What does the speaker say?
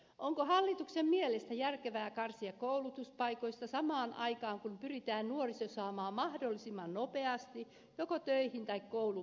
onko hallituksen mielestä järkevää karsia koulutuspaikoista samaan aikaan kun pyritään nuoriso saamaan mahdollisimman nopeasti joko töihin tai koulunpenkille